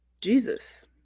Jesus